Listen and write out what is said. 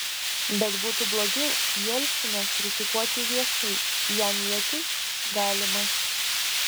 bet būtų blogiau jelciną kritikuoti viešai jam į akis galima